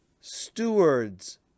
stewards